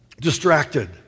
Distracted